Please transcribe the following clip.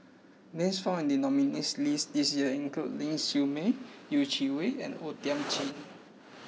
names found in the nominees' list this year include Ling Siew May Yeh Chi Wei and O Thiam Chin